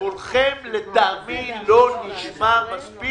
קולכם לטעמי לא נשמע מספיק